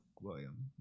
William